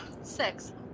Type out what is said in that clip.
Six